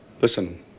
listen